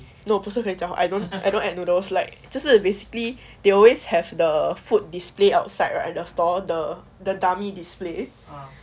no 不是可以加 I don't I don't eat noodles like 就是 basically they always have the food display outside right at the store the the dummy display